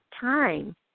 time